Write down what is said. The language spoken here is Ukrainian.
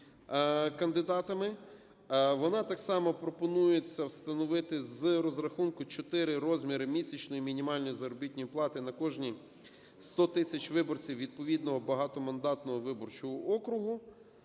Вона так само, пропонується встановити з розрахунку "4 розміри місячної мінімальної заробітної плати на кожні 100 тисяч виборців відповідного багатомандатного виборчого округу".